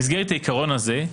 במסגרת העיקרון הזה,